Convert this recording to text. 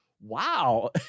wow